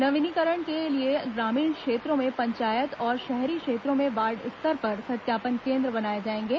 नवीनीकरण के लिए ग्रामीण क्षेत्रों में पंचायत और शहरी क्षेत्रों में वार्ड स्तर पर सत्यापन केन्द्र बनाए जाएंगे